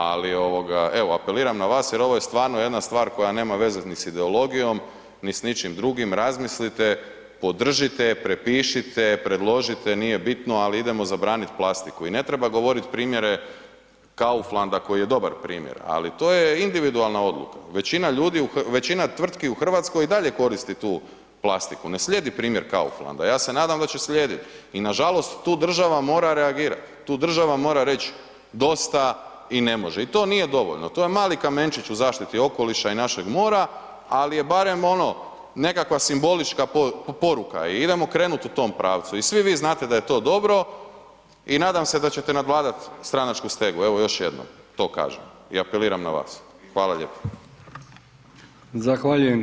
Ali ovoga, evo apeliram na vas jer ovo je stvarno jedna stvar koja nema veze ni s ideologijom, ni s ničim drugim, razmislite, podržite, prepišite, predložite, nije bitno, al idemo zabranit plastiku i ne treba govorit primjere Kauflanda koji je dobar primjer, ali to je individualna odluka, većina ljudi, većina tvrtki u RH i dalje koristi tu plastiku, ne slijedi primjer Kauflanda, ja se nadam da će slijedit i nažalost tu država mora reagirat, tu država mora reć dosta i ne može i to nije dovoljno, to je mali kamenčić u zaštiti okoliša i našeg mora, al je barem ono nekakva simbolička poruka i idemo krenut u tom pravcu i svi vi znate da je to dobro i nadam se da ćete nadvladat stranačku stegu, evo još jednom to kažem i apeliram na vas.